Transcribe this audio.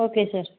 okay sir